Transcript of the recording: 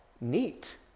Neat